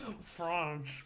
French